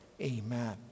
Amen